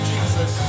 Jesus